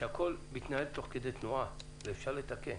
שהכול מתנהל תוך כדי תנועה ואפשר לתקן,